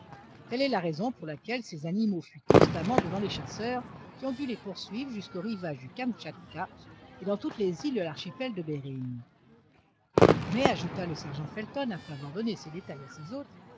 telle est la raison pour laquelle ces animaux fuient constamment devant les chasseurs qui ont dû les poursuivre jusque sur les rivages du kamtchatka et dans toutes les îles de l'archipel de béring mais ajouta le sergent felton après avoir donné ces détails à ses hôtes